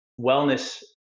wellness